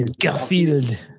Garfield